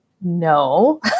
no